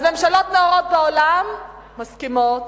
אז ממשלות נאורות בעולם מסכימות,